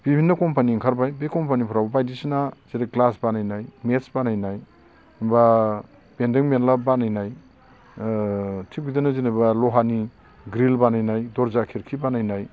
बिभिन्न कम्पानि ओंखारबाय बे कम्पानिफ्राव बायदिसिना ग्लास बानायनाय नेट्स बानायनाय बा बेन्दों बेनला बानायनाय ओ थिग बिदिनो जेनेबा लहानि ग्रिल बानायनाय दरजा खिरखि बानायनाय